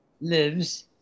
lives